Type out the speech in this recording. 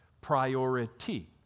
priority